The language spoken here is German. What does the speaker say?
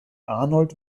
arnold